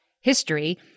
history